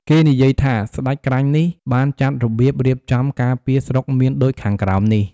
គេនិយាយថា ស្តេចក្រាញ់នេះ បានចាត់របៀបរៀបចំ ការពារស្រុកមានដូចខាងក្រោមនេះ។